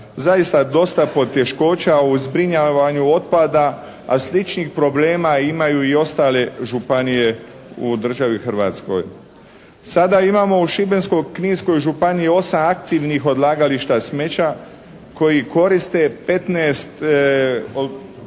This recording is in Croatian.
zaista dosta poteškoća u zbrinjavanju otpada a sličnih problema imaju i ostale županije u državi Hrvatskoj. Sada imamo u Šibensko-kninskoj županiji 8 aktivnih odlagališta smeća koji koriste 15